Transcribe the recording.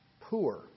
poor